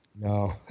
No